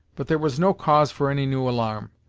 but there was no cause for any new alarm,